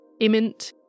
IMINT